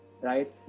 Right